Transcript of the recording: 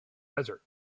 desert